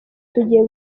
tugiye